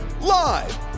Live